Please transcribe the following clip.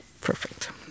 Perfect